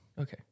Okay